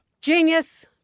Genius